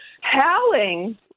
howling